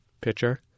pitcher